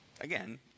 Again